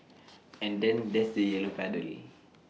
and then there's the yellow puddle